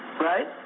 right